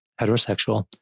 heterosexual